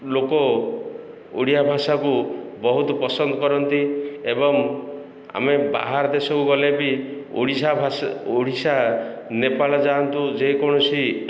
ଲୋକ ଓଡ଼ିଆ ଭାଷାକୁ ବହୁତ ପସନ୍ଦ କରନ୍ତି ଏବଂ ଆମେ ବାହାର ଦେଶକୁ ଗଲେ ବି ଓଡ଼ିଶା ଭାଷା ଓଡ଼ିଶା ନେପାଳ ଯାଆନ୍ତୁ ଯେ କୌଣସି